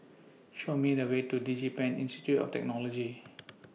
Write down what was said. Show Me The Way to Digi Pen Institute of Technology